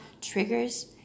triggers